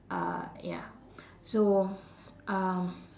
ah ya so um